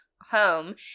home